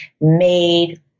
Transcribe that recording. made